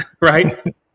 right